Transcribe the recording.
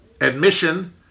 admission